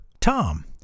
Tom